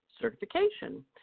certification